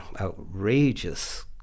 outrageous